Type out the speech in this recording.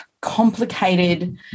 complicated